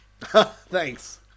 Thanks